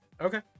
Okay